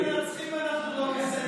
כשאנחנו מנצחים אנחנו לא בסדר.